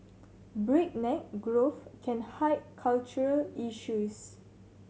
breakneck growth can hide cultural issues